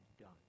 done